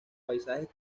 paisajes